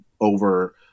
over